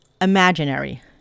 Imaginary